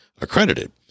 accredited